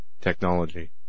technology